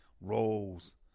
roles